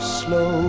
slow